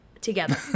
together